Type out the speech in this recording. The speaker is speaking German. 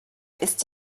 ist